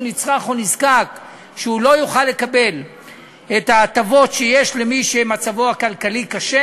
נצרך או נזקק שלא יוכל לקבל את ההטבות שיש למי שמצבו הכלכלי קשה.